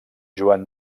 joan